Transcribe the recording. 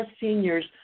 seniors